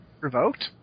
revoked